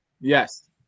Yes